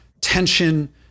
tension